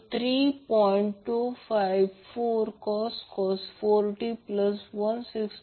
254cos 4t160